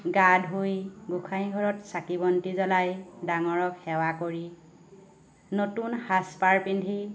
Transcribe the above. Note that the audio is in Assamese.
গা ধুই গোঁসাই ঘৰত চাকি বন্তি জ্বলাই ডাঙৰক সেৱা কৰি নতুন সাজ পাৰ পিন্ধি